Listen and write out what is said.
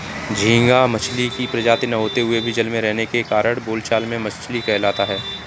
झींगा मछली की प्रजाति न होते हुए भी जल में रहने के कारण बोलचाल में मछली कहलाता है